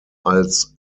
als